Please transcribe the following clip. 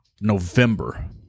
November